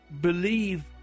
believe